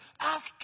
Ask